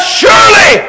surely